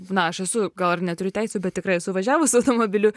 na aš esu gal ir neturiu teisių bet tikrai esu važiavus automobiliu